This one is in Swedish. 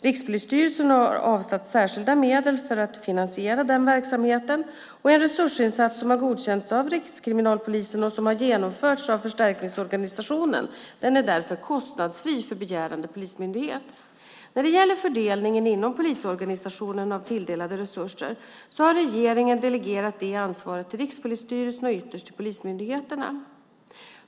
Rikspolisstyrelsen har avsatt särskilda medel för att finansiera denna verksamhet. En resursinsats som har godkänts av Rikskriminalpolisen och som har genomförts av förstärkningsorganisationen är därför kostnadsfri för begärande polismyndighet. När det gäller fördelningen inom polisorganisationen av tilldelade resurser har regeringen delegerat det ansvaret till Rikspolisstyrelsen och ytterst till polismyndigheterna.